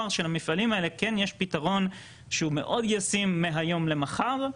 אני כן אומר שלמפעלים האלה יש את הפתרון שהוא מאוד ישים מהיום למחר,